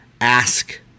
ask